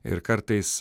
ir kartais